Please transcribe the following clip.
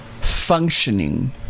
functioning